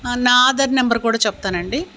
నా ఆధర్ నెంబర్ కూడా చెప్తాను అండి